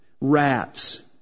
Rats